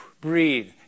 breathe